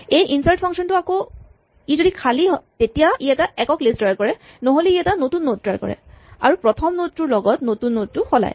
এই insert function টো আকৌ ই যদি খালী তেতিয়া ই এটা একক লিষ্ট তৈয়াৰ কৰে নহ'লে ই এটা নতুন নড তৈয়াৰ কৰে আৰু প্ৰথম নড টোৰ লগত নতুন নড টো সলায়